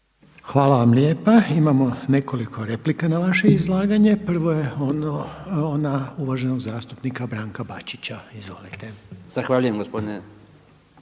Hvala vam lijepa. Imamo nekoliko replika na vaše izlaganje. Prvo je ona uvaženog zastupnika Branka Bačića, izvolite. **Bačić, Branko